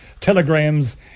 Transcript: telegrams